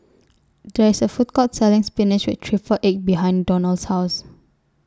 There IS A Food Court Selling Spinach with Triple Egg behind Donal's House